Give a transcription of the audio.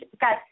got